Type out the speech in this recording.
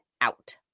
out